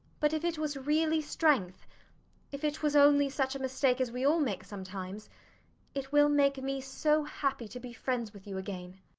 but if it was really strength if it was only such a mistake as we all make sometimes it will make me so happy to be friends with you again.